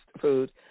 food